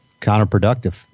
counterproductive